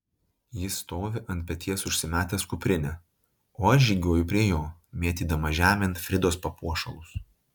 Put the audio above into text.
jis stovi ant peties užsimetęs kuprinę o aš žygiuoju prie jo mėtydama žemėn fridos papuošalus